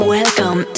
Welcome